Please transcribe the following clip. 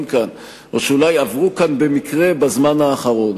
כאן או שאולי עברו כאן במקרה בזמן האחרון.